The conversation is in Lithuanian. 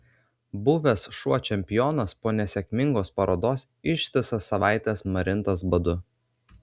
buvęs šuo čempionas po nesėkmingos parodos ištisas savaites marintas badu